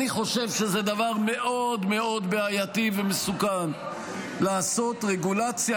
אני חושב שזה דבר מאוד מאוד בעייתי ומסוכן לעשות רגולציה